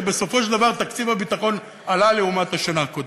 שבסופו של דבר תקציב הביטחון עלה לעומת השנה הקודמת.